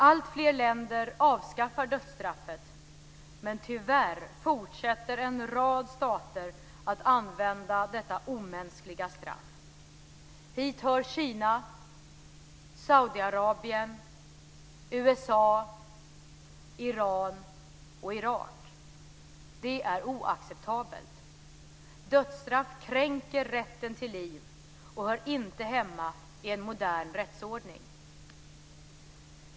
Alltfler länder avskaffar dödsstraffet, men tyvärr fortsätter en rad stater att använda detta omänskliga straff. Hit hör Kina, Saudiarabien, USA, Iran och Irak. Det är oacceptabelt. Dödsstraff kränker rätten till liv och hör inte hemma i en modern rättsordning.